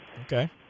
Okay